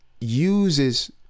uses